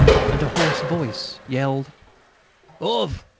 and a hoarse voice yelled auf!